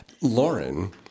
Lauren